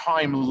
Time